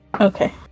Okay